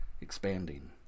expanding